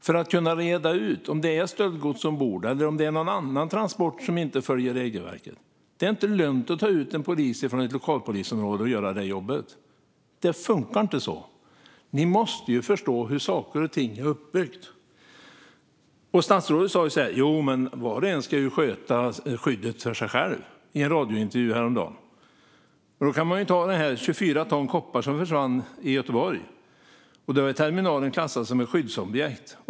För att kunna reda ut om det är stöldgods ombord eller om det är någon annan transport som inte följer regelverket är det inte lönt att ta ut en polis från ett lokalpolisområde att göra jobbet. Det funkar inte så. Ni måste förstå hur saker och ting är uppbyggda. Häromdagen sa statsrådet i en radiointervju att var och en ska sköta sitt eget skydd. Ta exemplet med 24 ton koppar som försvann i Göteborg! Terminalen är klassad som skyddsobjekt.